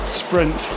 sprint